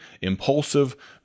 impulsive